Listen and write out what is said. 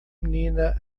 menina